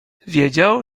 wiedział